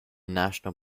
national